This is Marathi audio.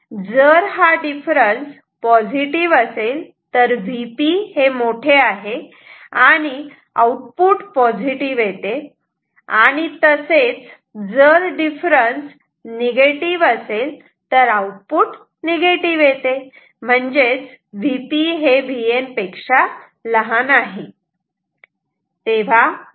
जर डिफरन्स पॉझिटिव्ह असेल तर Vp हे मोठे आहे आणि आउटपुट पॉझिटिव्ह येते आणि तसेच जर डिफरन्स निगेटिव्ह असेल तर आउटपुट निगेटिव्ह येते म्हणजे Vp हे Vn पेक्षा लहान आहे